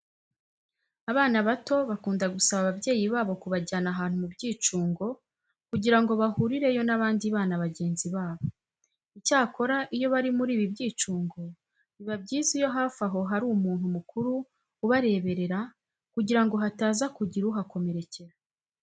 Abana bato bakunda gusaba ababyeyi babo kubajyana ahantu mu byicungo kugira ngo bahurireyo n'abandi bana bagenzi babo. Icyakora iyo bari muri ibi byicungo biba byiza iyo hafi aho hari umuntu mukuru ubareberera kugira ngo hataza kugira uhakomerekera.